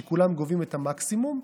שכולם גובים את המקסימום: